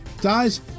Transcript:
Guys